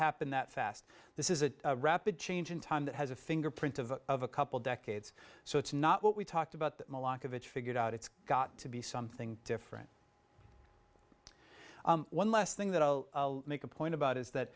happen that fast this is a rapid change in time that has a fingerprint of of a couple decades so it's not what we talked about that malaki of it figured out it's got to be something different one less thing that i'll make a point about is that